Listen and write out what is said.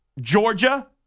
Georgia